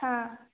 ಹಾಂ